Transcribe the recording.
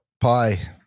pie